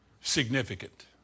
significant